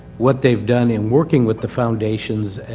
what they've done in working with the foundations